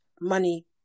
money